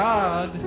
God